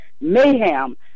mayhem